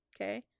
Okay